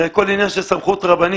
זה הכול של עניין של סמכות רבנית.